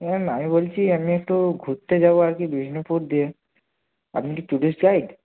শুনুন না আমি বলছি আমি একটু ঘুরতে যাবো আর কি বিষ্ণুপুর দিয়ে আপনি কি টুরিস্ট গাইড